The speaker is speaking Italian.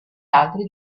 altri